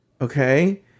okay